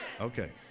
Okay